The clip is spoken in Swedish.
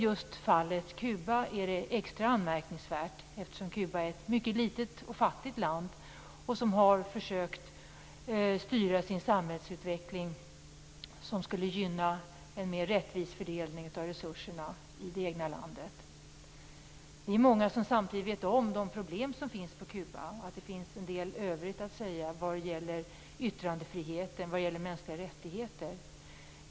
Just i fallet Kuba är det extra anmärkningsvärt, eftersom Kuba är ett mycket litet och fattigt land som har försökt styra sin samhällsutveckling mot en mer rättvis fördelning av resurserna i det egna landet. Vi är många som samtidigt vet om de problem som finns på Kuba och att det finns en del övrigt att säga vad det gäller yttrandefriheten och de mänskliga rättigheterna.